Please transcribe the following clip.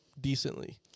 decently